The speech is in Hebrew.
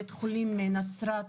בית חולים נצרת,